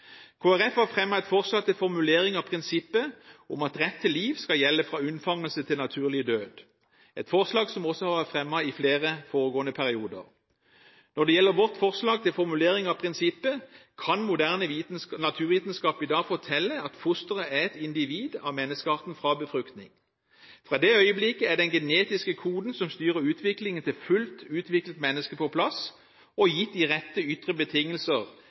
Folkeparti har fremmet et forslag til formulering av prinsippet om at rett til liv skal gjelde «fra unnfangelse til naturlig død» – et forslag som også har vært fremmet i flere foregående perioder. Når det gjelder vårt forslag til formulering av prinsippet, kan moderne naturvitenskap i dag fortelle at fosteret er et individ av menneskearten fra befruktning. Fra det øyeblikk er den genetiske koden som styrer utviklingen til fullt utviklet menneske, på plass, og gitt de rette ytre betingelser